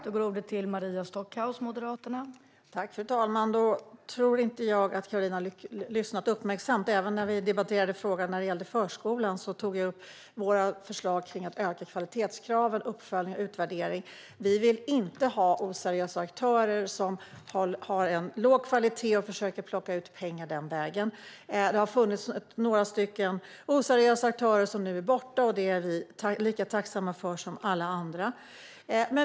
Fru talman! Jag tror inte att Caroline har lyssnat uppmärksamt. Även när vi debatterade förskolan tog jag upp våra förslag för att öka kvalitetskrav, uppföljning och utvärdering. Vi vill inte ha oseriösa aktörer som håller låg kvalitet och försöker plocka ut pengar den vägen. Det har funnits några oseriösa aktörer som nu är borta, och det är vi lika tacksamma för som alla andra.